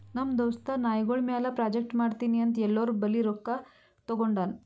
ನಮ್ ದೋಸ್ತ ನಾಯ್ಗೊಳ್ ಮ್ಯಾಲ ಪ್ರಾಜೆಕ್ಟ್ ಮಾಡ್ತೀನಿ ಅಂತ್ ಎಲ್ಲೋರ್ ಬಲ್ಲಿ ರೊಕ್ಕಾ ತಗೊಂಡಾನ್